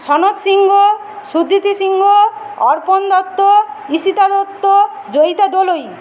Sanak Singh Suditi Singh Arpan Dutta Ishita Dutta Jayita Dolui